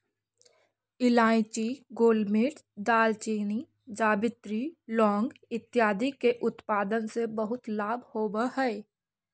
इलायची, गोलमिर्च, दालचीनी, जावित्री, लौंग इत्यादि के उत्पादन से बहुत लाभ होवअ हई